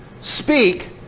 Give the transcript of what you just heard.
speak